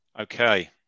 okay